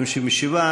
57,